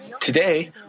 Today